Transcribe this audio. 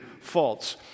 faults